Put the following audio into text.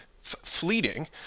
fleeting